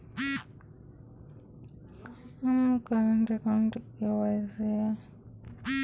আমার কারেন্ট অ্যাকাউন্টের KYC update করার অনলাইন পদ্ধতি কীভাবে শিখব?